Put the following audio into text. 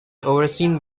overseen